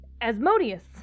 Asmodeus